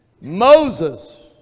Moses